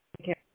Okay